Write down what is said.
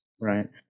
right